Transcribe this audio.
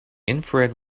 infrared